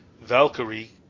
Valkyrie